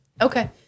Okay